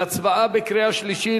להצבעה בקריאה שלישית,